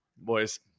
boys